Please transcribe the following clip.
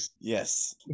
Yes